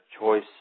choice